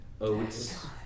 Oats